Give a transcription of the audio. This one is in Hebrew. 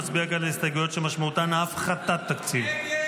נצביע כעת על הסתייגויות שמשמעותן הפחתת תקציב.